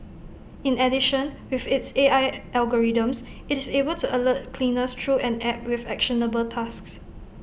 in addition with its A I algorithms IT is able to alert cleaners through an app with actionable tasks